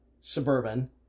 Suburban